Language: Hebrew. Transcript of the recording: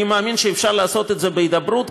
אני מאמין שאפשר לעשות את זה בהידברות,